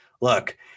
look